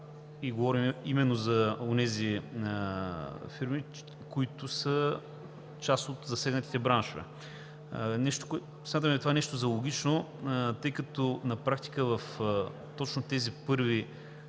естествено именно за онези фирми, които са част от засегнатите браншове. Смятаме това нещо за логично, тъй като на практика точно в тези първи